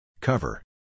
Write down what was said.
Cover